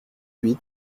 huit